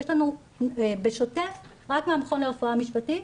יש לנו בשוטף רק מהמכון לרפואה משפטית,